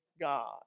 God